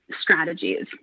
strategies